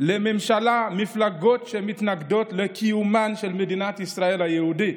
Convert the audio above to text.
לממשלה מפלגות שמתנגדות לקיומה של מדינת ישראל היהודית,